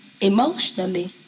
emotionally